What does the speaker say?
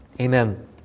Amen